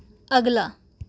ਅਗਲਾ